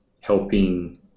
Helping